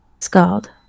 Scald